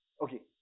Okay